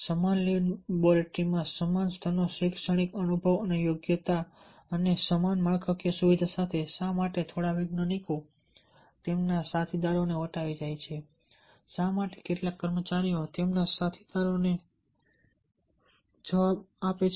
સમાન લેબોરેટરીમાં સમાન સ્તરનો શિક્ષણ અનુભવ અને યોગ્યતા અને સમાન માળખાકીય સુવિધા સાથે શા માટે થોડા વૈજ્ઞાનિકો તેમના સાથીદારોને વટાવી જાય છે શા માટે કેટલાક કર્મચારીઓ તેમના સાથીદારોને સમાન કાર્યકારી પરિસ્થિતિઓમાં કાર્ય કરે છે